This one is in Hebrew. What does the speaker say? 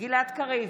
גלעד קריב,